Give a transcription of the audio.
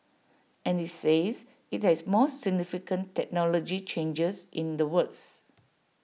and IT says IT has more significant technology changes in the works